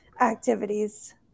activities